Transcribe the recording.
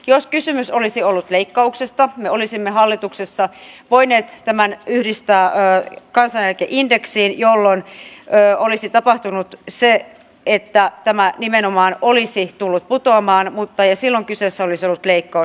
jos kysymys olisi ollut leikkauksesta me olisimme hallituksessa voineet tämän yhdistää kansaneläkeindeksiin jolloin olisi tapahtunut se että tämä nimenomaan olisi tullut putoamaan ja silloin kyseessä olisi ollut leikkaus